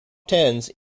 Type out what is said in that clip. tens